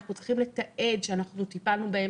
אנחנו צריכים לתעד שאנחנו טיפלנו בהם,